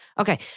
Okay